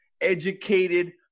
educated